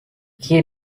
key